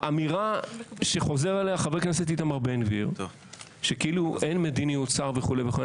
האמירה שחוזר עליה חבר הכנסת בן גביר שכאילו אין מדיניות שר וכו' וכו',